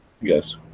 Yes